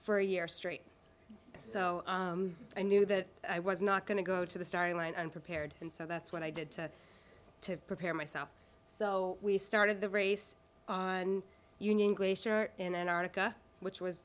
for a year straight so i knew that i was not going to go to the starting line unprepared and so that's what i did to to prepare myself so we started the race and union glacier in antarctica which was